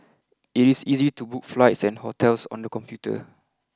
it is easy to book flights and hotels on the computer